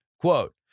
quote